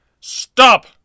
Stop